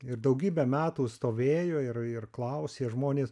ir daugybę metų stovėjo ir ir klausė žmonės